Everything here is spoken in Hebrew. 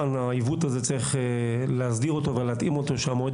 צריך להסדיר את העיוות הזה ולהתאים את המועד